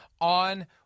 on